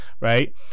right